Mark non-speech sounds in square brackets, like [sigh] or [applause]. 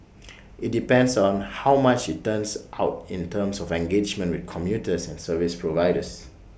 [noise] IT depends on how much IT turns out in terms of engagement with commuters and service providers